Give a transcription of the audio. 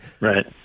Right